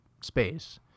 space